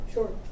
Sure